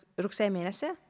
rugsėjo mėnesį